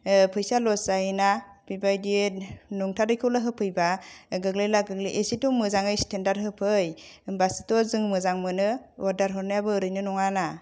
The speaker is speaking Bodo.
फैसा लस जायो ना बेबायदि नंथारै खौनो होफैब्ला गोग्लैला गोग्लैलि एसेथ' मोजाङै स्टेन्डार्ड होफै होनब्लासोथ' जों मोजां मोनो अर्डार हरनायाबो ओरैनो नङा ना